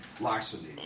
larceny